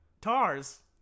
TARS